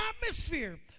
atmosphere